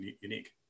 unique